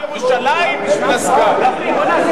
ירושלים בשביל הסגן.